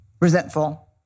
resentful